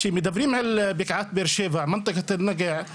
כשמדברים על בקעת באר שבע בנגב